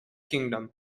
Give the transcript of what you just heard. kingdom